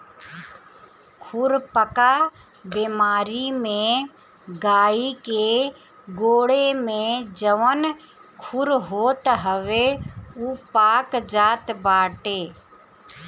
खुरपका बेमारी में गाई के गोड़े में जवन खुर होत हवे उ पाक जात बाटे